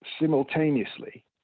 simultaneously